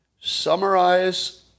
Summarize